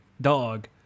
dog